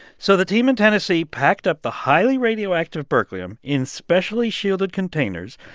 so the team in tennessee packed up the highly radioactive berkelium in specially shielded containers.